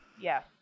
yes